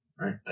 right